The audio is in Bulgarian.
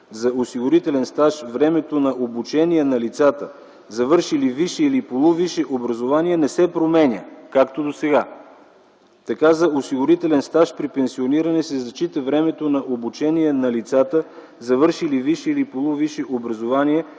за осигурителен стаж времето на обучение на лицата, завършили висше или полувисше образование не се променя, както досега. Така за осигурителен стаж при пенсиониране се зачита времето на обучение на лицата, завършили висше или полувисше образование,